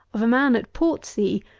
of a man at portsea,